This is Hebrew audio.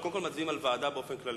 קודם כול מצביעים על ועדה באופן כללי,